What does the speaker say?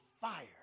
fire